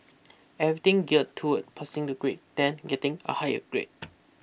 everything geared toward passing the grade then getting a higher grade